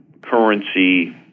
currency